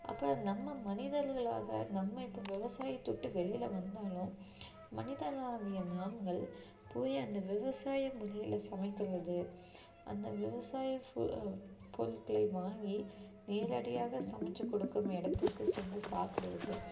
அப்போ நம்ம மனிதர்களாக நம்ம இப்போ விவசாயத்தை விட்டு வெளியில் வந்தாலும் மனிதனாகிய நாங்கள் போய் அந்த விவசாய முறையில் சமைக்கிறது அந்த விவசாய ஃபு பொருள்களை வாங்கி நேரடியாக சமைச்சி கொடுக்கும் இடத்துக்கு சென்று சாப்பிடுவது